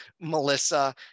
Melissa